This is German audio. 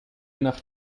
nach